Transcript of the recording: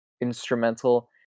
instrumental